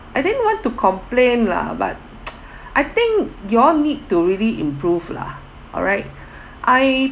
I didn't want to complain lah but I think you all need to really improve lah alright I